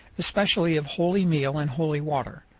especially of holy meal and holy water.